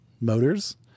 Motors